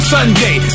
Sunday